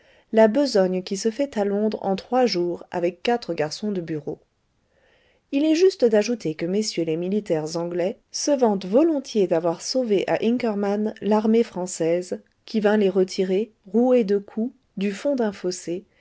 la besogne qui se fait à londres en trois jours avec quatre garçons de bureau il est juste d'ajouter que mm les militaires anglais se vantent volontiers d'avoir sauvé à inkermann l'armée française qui vint les retirer roués de coups du fond d'un fossé